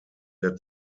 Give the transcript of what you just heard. der